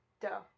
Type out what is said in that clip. Duh